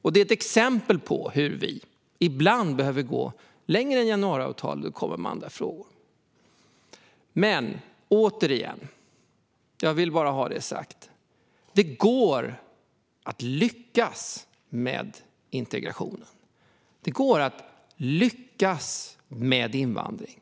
Detta är ett exempel på hur vi ibland behöver gå längre än januariavtalet i andra frågor. Återigen vill jag ha det sagt: Det går att lyckas med integrationen. Det går att lyckas med invandring.